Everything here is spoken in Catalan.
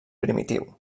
primitiu